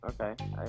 okay